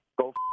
Go